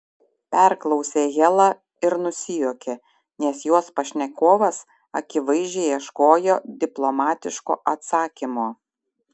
perklausė hela ir nusijuokė nes jos pašnekovas akivaizdžiai ieškojo diplomatiško atsakymo